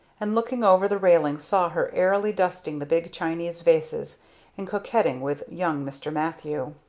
and looking over the railing saw her airily dusting the big chinese vases and coquetting with young mr. mathew.